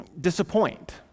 disappoint